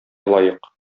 лаек